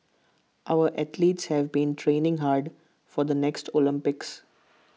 our athletes have been training hard for the next Olympics